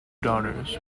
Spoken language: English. daughters